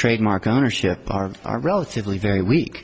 trademark ownership are are relatively very weak